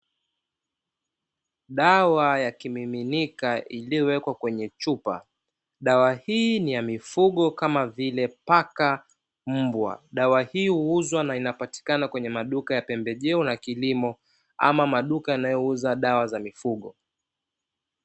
Dawa ya kimiminika iliyowekwa kwenye chupa dawa hii ni ya mifugo kama vile paka na mbwa, dawa hii huuzwa na inapatikana kwenye maduka ya pembejeo na kilimo ama maduka yanayouza dawa za mifugo.